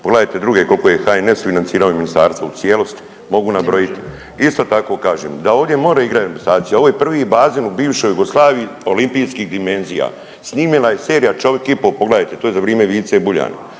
Pogledajte druge koliko je HNS financirao i ministarstvo u cijelosti mogu nabrojiti. Isto tako kažem da da ovdje more igrat reprezentacija. Ovo je prvi bazen u bivšoj Jugoslaviji olimpijskih dimenzija. Snimljena je serija Čovjek i pol, pogledajte to je za vrijeme Vice Buljana.